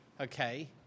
okay